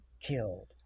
killed